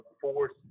force